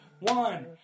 one